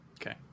Okay